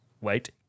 Wait